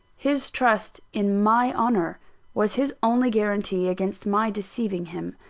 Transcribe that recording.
his trust in my honour was his only guarantee against my deceiving him.